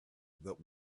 which